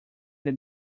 than